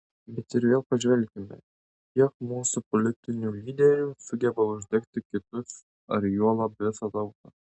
bet ir vėl pažvelkime kiek mūsų politinių lyderių sugeba uždegti kitus ar juolab visą tautą